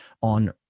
on